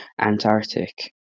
Antarctic